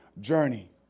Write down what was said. journey